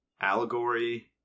allegory